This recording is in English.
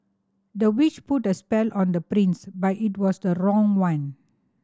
the witch put a spell on the prince but it was the wrong one